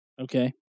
Okay